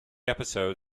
episode